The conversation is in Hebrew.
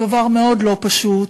דבר מאוד לא פשוט.